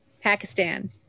pakistan